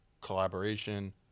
collaboration